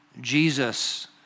Jesus